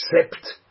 accept